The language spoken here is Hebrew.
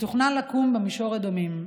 שתוכנן לקום במישור אדומים.